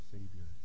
Savior